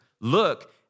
Look